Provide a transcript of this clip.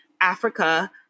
Africa